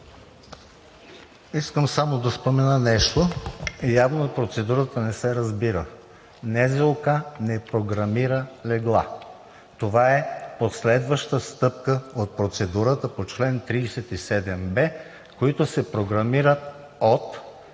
Искам само да спомена нещо, явно процедурата не се разбира – НЗОК не програмира легла. Това е последваща стъпка от процедурата по чл. 37б, която се програмира от